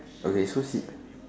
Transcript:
okay so C